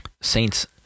Saints